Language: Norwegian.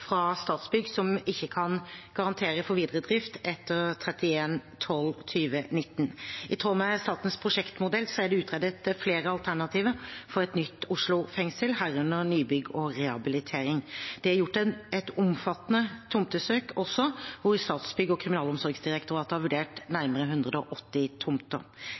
fra Statsbygg, som ikke kan garantere for videre drift etter 31. desember 2019. I tråd med statens prosjektmodell er det utredet flere alternativer for et nytt Oslo fengsel, herunder nybygg og rehabilitering. Det er også gjort et omfattende tomtesøk, hvor Statsbygg og Kriminalomsorgsdirektoratet har vurdert nærmere 180